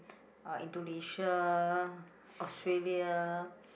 uh Indonesia Australia